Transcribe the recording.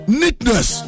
neatness